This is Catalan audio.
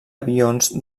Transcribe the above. avions